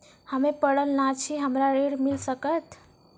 हम्मे पढ़ल न छी हमरा ऋण मिल सकत?